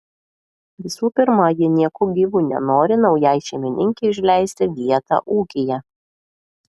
visų pirma ji nieku gyvu nenori naujai šeimininkei užleisti vietą ūkyje